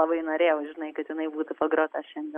labai norėjau žinai kad jinai būtų pagrota šiandien